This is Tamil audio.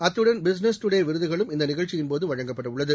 அத்துடன் பிசினஸ் டுடே விருதுகளும் இந்த நிகழ்ச்சியின் போது வழங்கப்பட உள்ளது